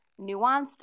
nuanced